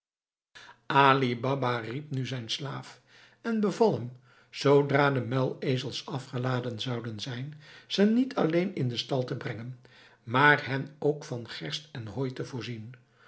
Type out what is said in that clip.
riep nu zijn slaaf en beval hem zoodra de muilezels afgeladen zouden zijn ze niet alleen in den stal te brengen maar hen ook van gerst en hooi te voorzien